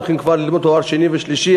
הולכים כבר ללמוד לתואר שני ושלישי,